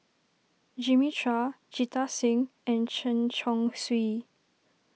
Jimmy Chua Jita Singh and Chen Chong Swee